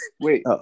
wait